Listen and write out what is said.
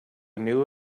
knew